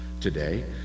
today